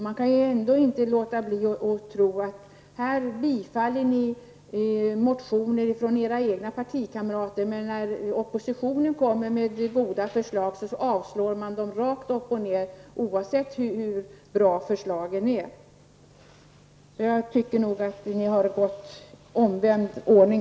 Jag kan ändå inte låta bli att tro att samtidigt som ni tillstyrker motioner från egna partikamrater, avstyrker ni oppositionens goda förslag rakt upp och ned, oavsett hur bra förlagen är. I det här fallet tillämpar ni en omvänd ordning.